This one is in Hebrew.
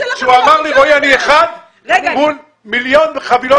הוא אמר לי שהוא אחד מול מיליון חבילות